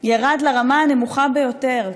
ירד לרמה הנמוכה ביותר.